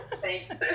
Thanks